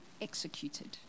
executed